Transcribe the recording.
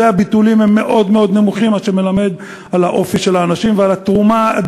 הוא למעשה מקבילו בתוך הצבא.